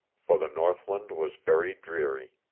for the northland was very dreary.